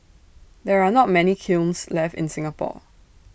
there are not many kilns left in Singapore